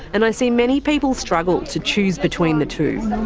and i see many people struggle to choose between the two.